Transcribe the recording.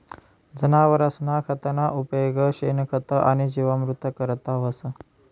जनावरसना खतना उपेग शेणखत आणि जीवामृत करता व्हस